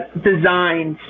designed,